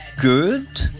good